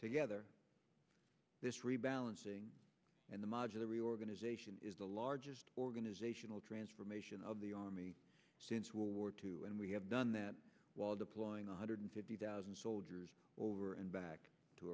together this rebalancing and the modular reorganization is the largest organizational transformation of the army since world war two and we have done that wild applying one hundred fifty thousand soldiers over and back to